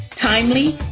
Timely